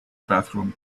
bathroom